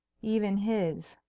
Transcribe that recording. even his.